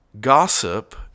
gossip